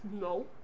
No